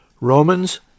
Romans